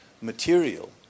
material